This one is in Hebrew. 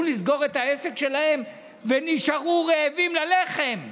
לסגור את העסק שלהם ונשארו רעבים ללחם,